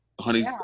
Honey